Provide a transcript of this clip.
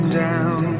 down